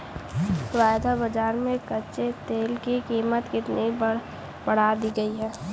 वायदा बाजार में कच्चे तेल की कीमत कितनी बढ़ा दी गई है?